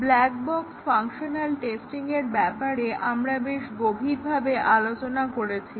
black box functional টেস্টিংয়ের ব্যাপারে আমরা বেশ গভীরভাবে আলোচনা করেছি